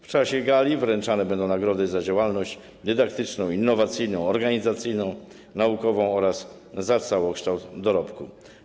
W czasie gali wręczane będą nagrody za działalność dydaktyczną, innowacyjną, organizacyjną, naukową oraz za całokształt dorobku.